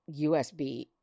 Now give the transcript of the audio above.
USB